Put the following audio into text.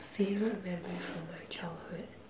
favourite memory from my childhood